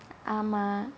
ஆமா:aamaa